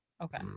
Okay